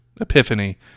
epiphany